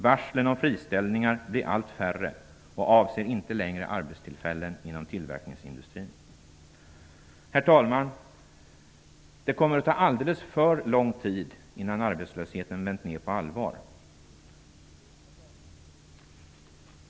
Varslen om friställningar blir allt färre och avser inte längre arbetstillfällen inom tillverkningsindustrin. Herr talman! Det kommer att ta alldeles för lång tid innan arbetslösheten vänt ned på allvar.